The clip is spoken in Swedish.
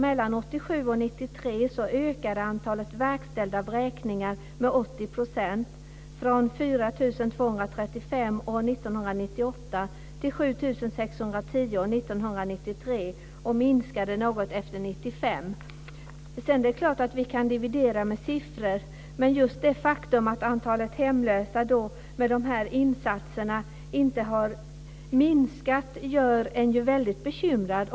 Mellan 1987 80 %, från 4 235 till 7 610, och sedan minskade det något efter 1995. Det är klart att vi kan dividera med siffror, men just det faktum att antalet hemlösa inte har minskat med de här insatserna gör ju en väldigt bekymrad.